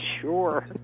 sure